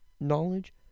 knowledge